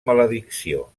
maledicció